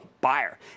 buyer